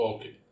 Okay